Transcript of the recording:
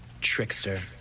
Trickster